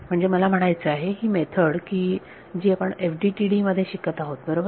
म्हणजे मला म्हणायचे आहे ही मेथड की जी आपण FDTD मध्ये शिकत आहोत बरोबर